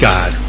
God